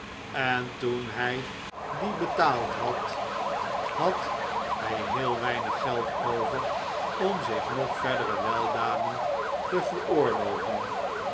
en toen hij die betaald had had hij heel weinig geld over om zich nog verdere weldaden te veroorloven